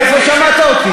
איפה שמעת אותי?